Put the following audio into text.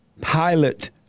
pilot